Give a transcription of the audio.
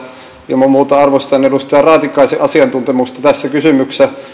ilman muuta arvostan edustaja raatikaisen asiantuntemusta tässä kysymyksessä